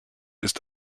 ist